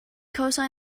cosine